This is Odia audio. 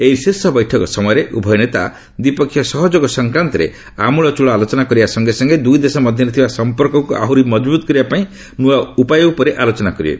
ଏହି ଶୀର୍ଷ ବୈଠକ ସମୟରେ ଉଭୟ ନେତା ଦ୍ୱିପକ୍ଷୀୟ ସହଯୋଗ ସଂକ୍ରାନ୍ତରେ ଆମୂଳଚଳ ଆଲୋଚନା କରିବା ସଙ୍ଗେ ସଙ୍ଗେ ଦୁଇ ଦେଶ ମଧ୍ୟରେ ଥିବା ସମ୍ପର୍କକ୍ ଆହରି ମଜବୃତ୍ କରିବାପାଇଁ ନ୍ତଆ ଉପାୟ ଉପରେ ଆଲୋଚନା କରିବେ